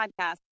podcast